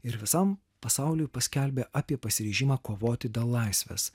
ir visam pasauliui paskelbė apie pasiryžimą kovoti dėl laisvės